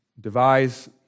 devise